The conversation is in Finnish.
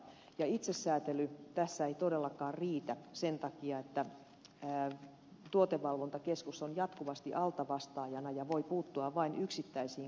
ja itsesäätely tässä ei todellakaan riitä sen takia että tuotevalvontakeskus on jatkuvasti altavastaajana ja voi puuttua vain yksittäisiin kampanjoihin jälkikäteen